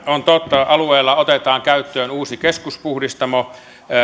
on totta alueella otetaan käyttöön uusi keskuspuhdistamo